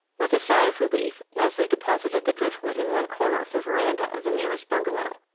with a sigh of relief, leslie deposited the driftwood in one corner of the veranda of the nearest bungalow.